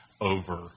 over